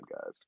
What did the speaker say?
guys